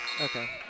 Okay